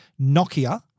Nokia